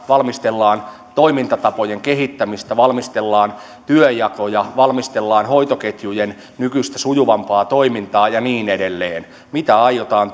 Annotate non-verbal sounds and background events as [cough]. valmistellaan toimintatapojen kehittämistä valmistellaan työnjakoja valmistellaan hoitoketjujen nykyistä sujuvampaa toimintaa ja niin edelleen mitä aiotaan [unintelligible]